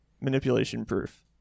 manipulation-proof